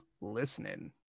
listening